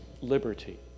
liberty